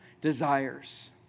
desires